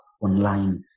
online